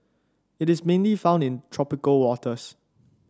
it is mainly found in tropical waters